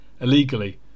illegally